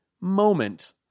moment